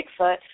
Bigfoot